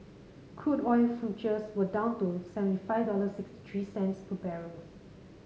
crude oil futures were down to seventy five dollars sixty three cents per barrels